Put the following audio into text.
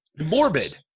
Morbid